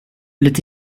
lite